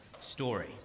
story